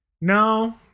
no